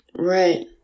Right